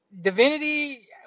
Divinity